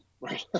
right